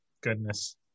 goodness